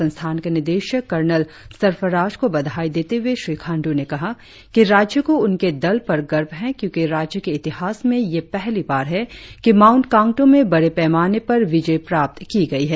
संस्थान के निदेशक कर्नल सरफराज को बधाई देते हुए श्री खांडू ने कहा कि राज्य को उनके दल पर गर्व है क्योकि राज्य के इतिहास में यह पहली बार है कि माउंट कांग्टो में बड़े पैमाने पर विजय प्राप्त की गई है